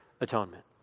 atonement